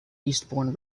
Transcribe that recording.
eastbourne